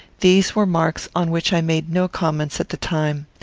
these were marks on which i made no comments at the time.